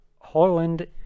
Holland